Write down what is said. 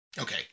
Okay